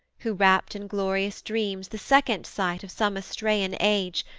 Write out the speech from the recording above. who rapt in glorious dreams, the second-sight of some astraean age,